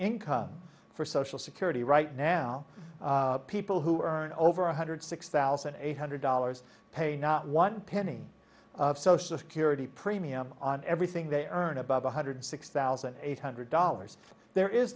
income for social security right now people who earn over one hundred six thousand eight hundred dollars pay not one penny of social security premium on everything they earn above one hundred six thousand eight hundred dollars there is